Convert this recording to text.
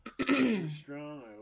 Strong